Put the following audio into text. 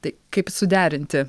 tai kaip suderinti